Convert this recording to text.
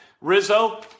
Rizzo